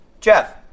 Jeff